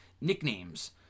nicknames